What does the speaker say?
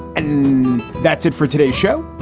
and that's it for today's show.